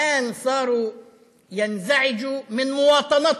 היום האזרחות שלנו מפריעה.